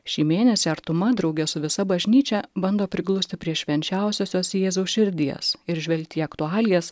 šį mėnesį artuma drauge su visa bažnyčia bando priglusti prie švenčiausiosios jėzaus širdies ir žvelgti į aktualijas